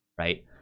Right